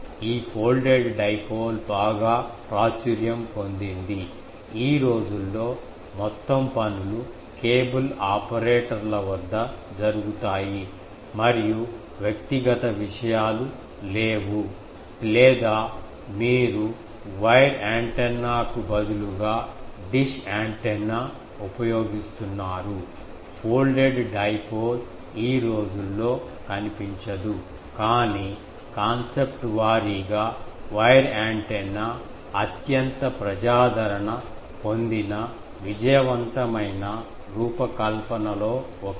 ఈ folded dipole బాగా ప్రాచుర్యం పొందింది ఈ రోజుల్లో మొత్తం పనులు కేబుల్ ఆపరేటర్ల వద్ద జరుగుతాయి మరియు వ్యక్తిగత విషయాలు లేవు లేదా మీరు వైర్ యాంటెన్నాకు బదులుగా డిష్ యాంటెన్నా ఉపయోగిస్తున్నారు ఫోల్డెడ్ డైపోల్ ఈ రోజుల్లో కనిపించదు కాని కాన్సెప్ట్ వారీగా వైర్ యాంటెన్నా అత్యంత ప్రజాదరణ పొందిన విజయవంతమైన రూపకల్పనలో ఒకటి